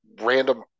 random